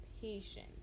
patient